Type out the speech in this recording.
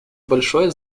большое